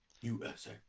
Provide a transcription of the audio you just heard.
USA